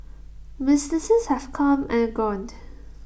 businesses have come and gone